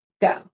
Go